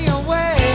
away